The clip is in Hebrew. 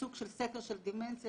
סוג של סקר של דמנציה